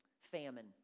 famine